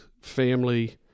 family